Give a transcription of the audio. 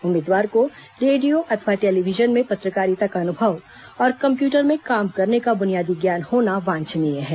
उम्मीदवार को रेडियो अथवा टेलीविजन में पत्रकारिता का अनुभव और कम्प्यूटर में काम करने का बुनियादी ज्ञान होना वांछनीय है